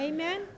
Amen